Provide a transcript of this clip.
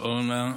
אורנה,